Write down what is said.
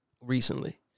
recently